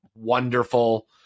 Wonderful